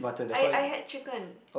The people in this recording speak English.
I I had chicken